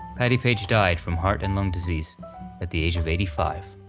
patti page died from heart and lung disease at the age of eighty five.